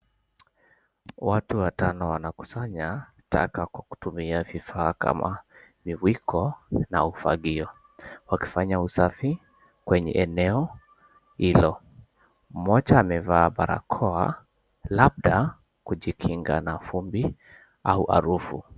Watu watano wanakusanya taka kwa kutumia vifaa kama miwiko na ufagio, wakifanya usafi kwenye eneo hilo. Mmoja amevaa barakoa labda kujikinga na vumbi au harufu.